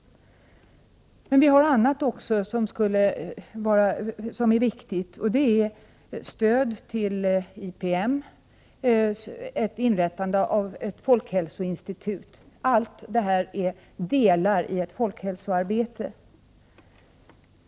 Det finns också annat som är viktigt, t.ex. stödet till IPM och inrättandet av ett folkhälsoinstitut. Allt detta är bara en del av folkhälsoarbetet.